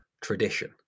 tradition